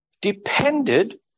depended